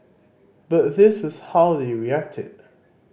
but this was how they reacted